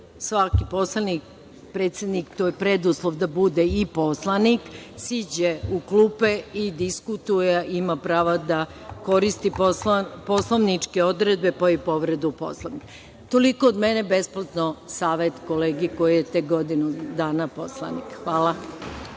Svaki poslanik, predsednik, to je preduslov da bude i poslanik, siđe u klupu i diskutuje i ima pravo da koristi poslovničke odredbe, pa i povredu Poslovnika. Toliko od mene, besplatan savet kolegi koji je tek godinu dana poslanik. Hvala.